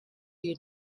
you